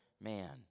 man